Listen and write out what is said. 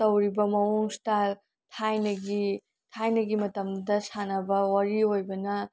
ꯇꯧꯔꯤꯕ ꯃꯑꯣꯡ ꯏꯁꯇꯥꯏꯜ ꯊꯥꯏꯅꯒꯤ ꯊꯥꯏꯅꯒꯤ ꯃꯇꯝꯗ ꯁꯥꯟꯅꯕ ꯋꯥꯔꯤ ꯑꯣꯏꯕꯅ